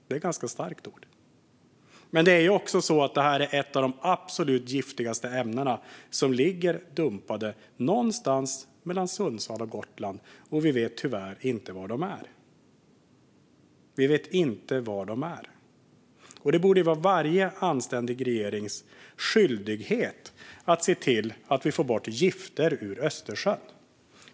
Det är ett ganska starkt ord, men det är också ett av de absolut giftigaste ämnena som ligger dumpat någonstans mellan Sundsvall och Gotland. Tyvärr vet vi inte var. Det borde vara varje anständig regerings skyldighet att se till att få bort gifter ur Östersjön.